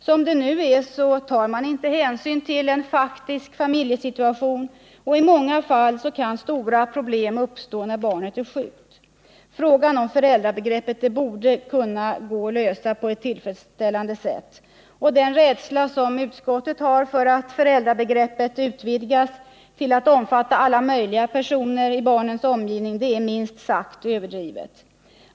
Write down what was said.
Som det nu är tar man inte hänsyn till en faktisk familjesituation, och i många fall kan stora problem uppstå när barnet är sjukt. Frågan om föräldrabegreppet borde kunna lösas på ett tillfredsställande sätt. Den rädsla som utskottet hyser för att föräldrabegreppet utvidgas till att omfatta alla möjliga personer i barnens omgivning är minst sagt överdriven.